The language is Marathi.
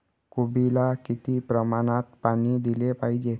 कोबीला किती प्रमाणात पाणी दिले पाहिजे?